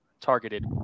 targeted